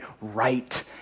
right